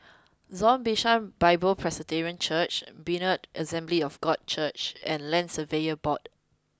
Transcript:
Zion Bishan Bible Presbyterian Church Berean Assembly of God Church and Land Surveyors Board